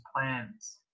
plans